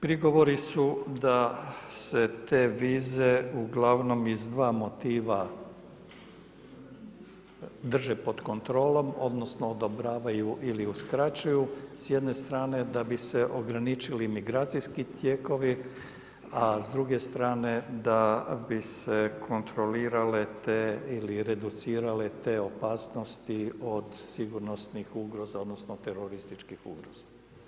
Prigovori su da se te vize ugl. iz dva motiva drže pod kontrolom, odnosno, odobravaju ili uskraćuju s jedne strane, da bi se ograničili imigracijski tijekovi, a s druge strane da bi se kontrolirale te ili reducirale te opasnosti od sigurnosnih ugroza, odnosno, terorističkih ugroza.